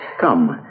Come